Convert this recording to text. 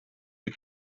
the